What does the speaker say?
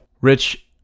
Rich